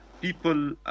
People